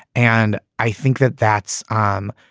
and i think that that's um